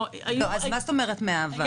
מה הזאת אומרת מהעבר?